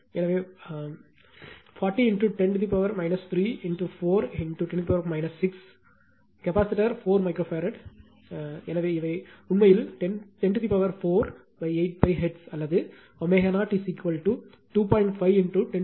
எனவே பவர் க்கு 40 10 3 4 10 6 capacitor 4 micro farad எனவே இவை உண்மையில் 104 8π ஹெர்ட்ஸ் அல்லது ω0 2